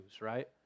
right